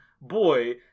boy